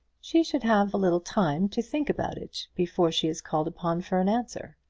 she should have a little time to think about it before she is called upon for an answer.